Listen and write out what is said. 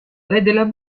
regionale